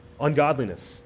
ungodliness